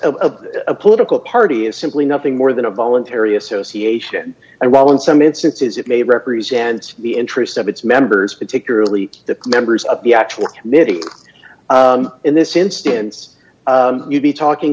a political party is simply nothing more than a voluntary association and while in some instances it may represent the interests of its members particularly the members of the actual committee in this instance you'd be talking